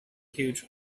huge